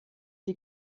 die